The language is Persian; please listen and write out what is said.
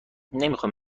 نمیخوام